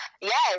Yes